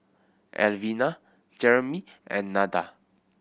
Alvina Jeremie and Nada